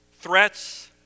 threats